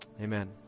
Amen